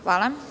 Hvala.